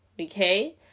okay